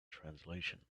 translation